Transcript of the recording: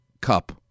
cup